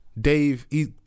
Dave